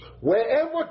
Wherever